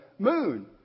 moon